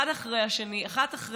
אחד אחרי השני,